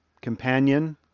companion